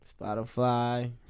Spotify